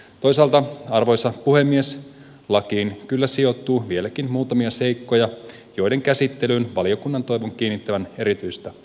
toisaalta arvoisa puhemies lakiin kyllä sijoittuu vieläkin muutamia seikkoja joiden käsittelyyn valiokunnan toivon kiinnittävän erityistä huomiota